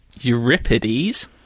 Euripides